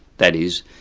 that is,